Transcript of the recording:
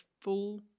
full